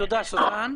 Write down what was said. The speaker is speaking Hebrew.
תודה, סוזן.